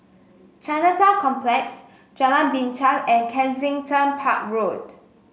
Chinatown Complex Jalan Binchang and Kensington Park Road